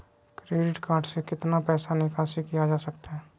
Credit card से कितना पैसा निकासी किया जा सकता है?